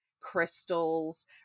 crystals